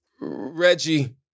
Reggie